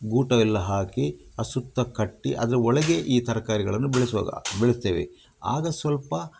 ಗೂಟವೆಲ್ಲ ಹಾಕಿ ಅದು ಸುತ್ತ ಕಟ್ಟಿ ಅದ್ರ ಒಳಗೆ ಈ ತರಕಾರಿಗಳನ್ನು ಬೆಳೆಸುವಾಗ ಬೆಳೆಸ್ತೇವೆ ಆಗ ಸ್ವಲ್ಪ